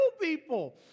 people